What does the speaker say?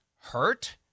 hurt